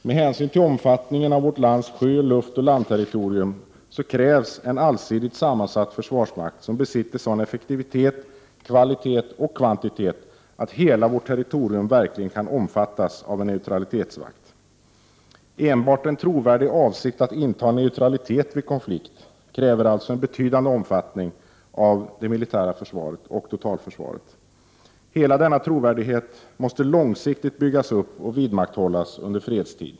Med hänsyn till omfattningen av vårt lands sjö-, luftoch landterritorium krävs en allsidigt sammansatt försvarsmakt som besitter sådan effektivitet, kvalitet och kvantitet att hela vårt territorium verkligen kan omfattas av en neutralitetsvakt. Enbart en trovärdig avsikt att inta neutralitet vid konflikt kräver alltså en betydande omfattning av det militära försvaret och totalförsvaret. Denna trovärdighet måste långsiktigt byggas upp och vidmakthållas under fredstid.